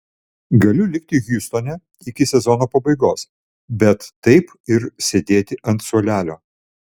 galiu likti hjustone iki sezono pabaigos bet taip ir sėdėti ant suolelio